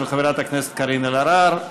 של חברת הכנסת קארין אלהרר.